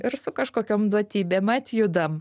ir su kažkokiom duotybėm atjudam